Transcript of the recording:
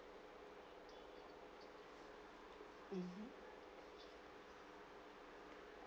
mmhmm